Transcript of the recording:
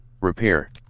Repair